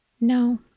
No